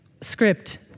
script